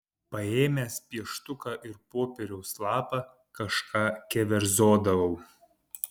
paėmęs pieštuką ir popieriaus lapą kažką keverzodavau